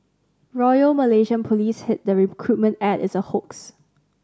Royal Malaysian Police said the recruitment ad is a hoax